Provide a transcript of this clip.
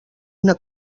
una